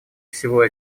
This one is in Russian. всего